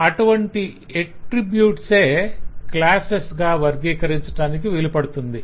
అటువంటి ఎట్త్రిబ్యూట్సే క్లాసెస్ గా వర్గీకరించటానికి వీలుపడుతుంది